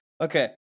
Okay